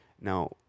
Now